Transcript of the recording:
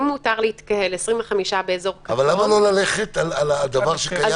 אם מותר להתקהל 25 באזור כתום -- אבל למה לא ללכת על הדבר שכן קיים?